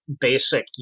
basic